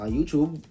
YouTube